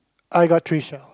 I got three shell